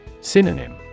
Synonym